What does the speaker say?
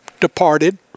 departed